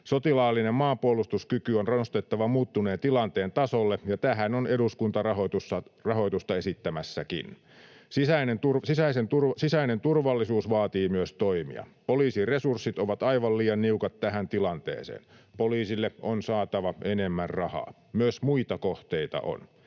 Sotilaallinen maanpuolustuskyky on nostettava muuttuneen tilanteen tasolle, ja tähän on eduskunta rahoitusta esittämässäkin. Sisäinen turvallisuus vaatii myös toimia. Poliisin resurssit ovat aivan liian niukat tähän tilanteeseen. Poliisille on saatava enemmän rahaa. Myös muita kohteita on.